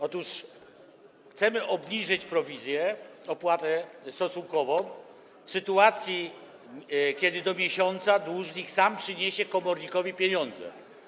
Otóż chcemy obniżyć prowizję, opłatę stosunkową w sytuacji, kiedy w terminie do miesiąca dłużnik sam przyniesie komornikowi pieniądze.